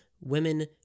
women